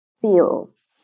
feels